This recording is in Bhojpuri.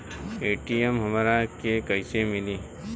ए.टी.एम हमरा के कइसे मिली?